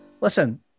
listen